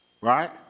right